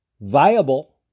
viable